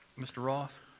mr. roth.